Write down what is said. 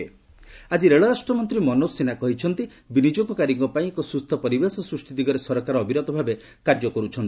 Manoj Sinha CCI ଆଜି ରେଳ ରାଷ୍ଟ୍ରମନ୍ତ୍ରୀ ମନୋଜ ସିହ୍ନା କହିଛନ୍ତି ବିନିଯୋଗକାରୀଙ୍କ ପାଇଁ ଏକ ସୁସ୍ଥ ପରିବେଶ ସୃଷ୍ଟି ଦିଗରେ ସରକାର ଅବିରତ ଭାବେ କାର୍ଯ୍ୟ କର୍ଚ୍ଛନ୍ତି